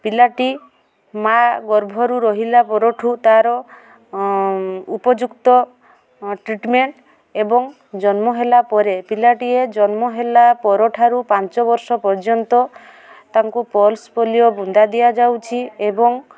ପିଲାଟି ମାଁ ଗର୍ଭରୁ ରହିଲା ପରଠୁ ତାର ଉପଯୁକ୍ତ ଟ୍ରିଟମେଣ୍ଟ୍ ଏବଂ ଜନ୍ମ ହେଲା ପରେ ପିଲାଟିଏ ଜନ୍ମ ହେଲା ପରଠାରୁ ପାଞ୍ଚ ବର୍ଷ ପର୍ଯ୍ୟନ୍ତ ତାଙ୍କୁ ପଲ୍ସ ପୋଲିଓ ବୁନ୍ଦା ଦିଆଯାଉଛି ଏବଂ